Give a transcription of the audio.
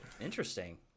interesting